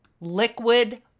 liquid